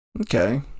Okay